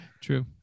True